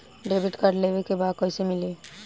Debit card लेवे के बा कईसे मिली?